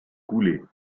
coulées